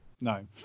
No